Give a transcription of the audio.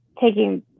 taking